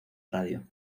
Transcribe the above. radio